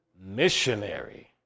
missionary